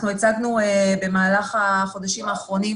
במהלך החודשים האחרונים,